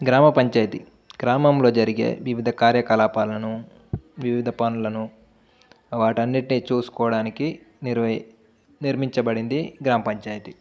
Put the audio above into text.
గ్రామపంచాయతీ గ్రామంలో జరిగే వివిధ కార్యకలాపాలను వివిధ పనులను వాటన్నిటిని చూసుకోవడానికి నిర్మించబడింది గ్రామపంచాయతీ